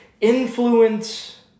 influence